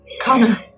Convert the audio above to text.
Connor